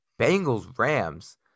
Bengals-Rams